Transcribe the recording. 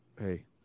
Hey